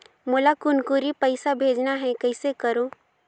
मोला कुनकुरी पइसा भेजना हैं, कइसे करो?